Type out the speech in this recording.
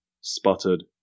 sputtered